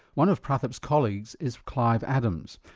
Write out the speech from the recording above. one of prathap's colleagues is clive adams,